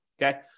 Okay